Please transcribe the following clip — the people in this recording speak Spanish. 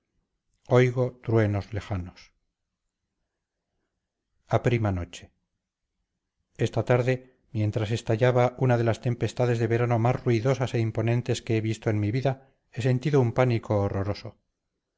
oigo truenos lejanos a prima noche esta tarde mientras estallaba una de las tempestades de verano más ruidosas e imponentes que he visto en mi vida he sentido un pánico horroroso